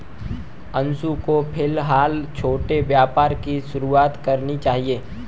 अंशु को फिलहाल छोटे व्यापार की शुरुआत करनी चाहिए